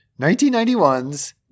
1991's